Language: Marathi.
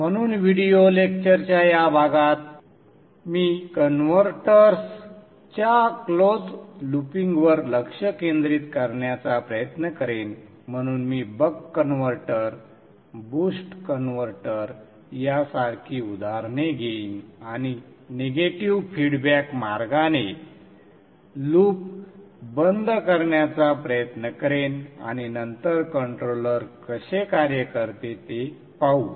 म्हणून व्हिडिओ लेक्चरच्या या भागात मी कन्व्हर्टर्सच्या क्लोज लूपिंगवर लक्ष केंद्रित करण्याचा प्रयत्न करेन म्हणून मी बक कन्व्हर्टर बूस्ट कन्व्हर्टर यांसारखी उदाहरणे घेईन आणि निगेटिव्ह फीडबॅक मार्गाने लूप बंद करण्याचा प्रयत्न करेन आणि नंतर कंट्रोलर कसे कार्य करते ते पाहू